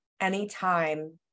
anytime